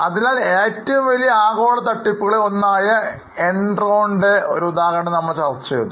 അതിനാൽ ഏറ്റവും വലിയ ആഗോള തട്ടിപ്പുകളിൽ ഒന്നായ എൻറോണിന്റെ ഒരു ഉദാഹരണമായി നമ്മൾ ചർച്ച ചെയ്തു